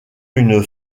une